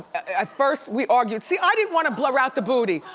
at first, we argued, see, i didn't wanna blur out the booty.